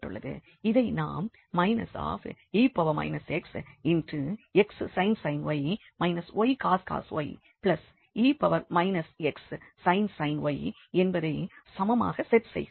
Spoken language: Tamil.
எனவே இதை நாம் e xxsin y ycos y e xsin y என்பதை சமமாக செட் செய்கிறோம்